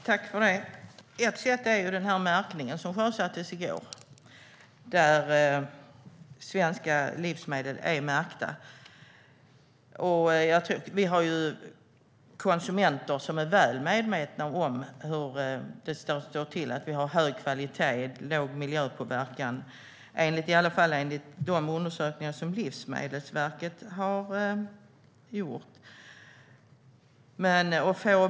Herr ålderspresident! Ett sätt är märkningen som sjösattes i går. Svenska livsmedel är märkta. Konsumenterna är väl medvetna om hur det står till, att det är fråga om hög kvalitet och låg miljöpåverkan - i alla fall enligt de undersökningar som Livsmedelsverket har gjort.